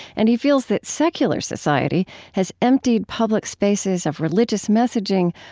and he feels that secular society has emptied public spaces of religious messaging,